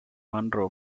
monroe